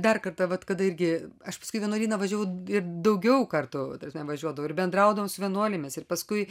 dar kartą vat kada irgi aš paskui į vienuolyną važiavau ir daugiau kartų dažnai važiuodavau ir bendraudavau su vienuolėmis ir paskui